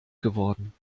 geworden